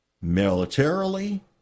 militarily